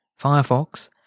firefox